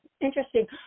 interesting